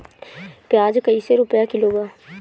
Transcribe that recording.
प्याज कइसे रुपया किलो बा?